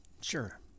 Sure